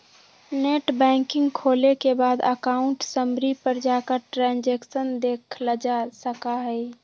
net banking खोले के बाद अकाउंट समरी पर जाकर ट्रांसैक्शन देखलजा सका हई